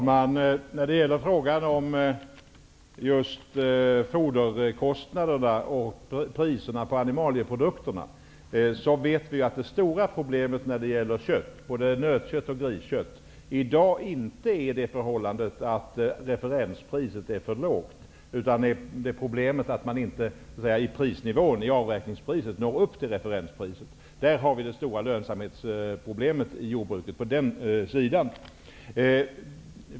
Herr talman! Vad gäller foderkostnaden och priserna på animalieprodukterna, vet vi att det stora problemet i dag både när det gäller nötkött och när det gäller griskött inte är att referenspriset är för lågt. Problemet är i stället att man med avräkningspriset inte når upp till referenspriset. Det är här som vi har det stora lönsamhetsproblemet.